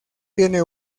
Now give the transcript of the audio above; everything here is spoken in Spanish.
tiene